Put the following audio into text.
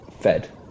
fed